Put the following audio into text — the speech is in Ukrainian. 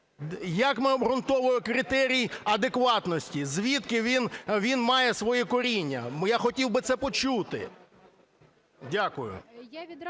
Як ми обґрунтовуємо критерії адекватності? Звідки він має своє коріння? Я хотів би це почути. Дякую.